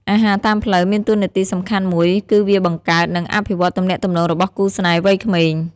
អាហារតាមផ្លូវ មានតួនាទីសំខាន់មួយ គឹវាបង្កើត និងអភិវឌ្ឍទំនាក់ទំនងរបស់គូស្នេហ៍វ័យក្មេង។